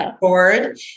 board